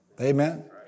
Amen